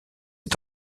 est